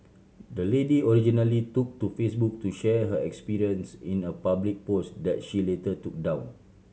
the lady originally took to Facebook to share her experience in a public post that she later took down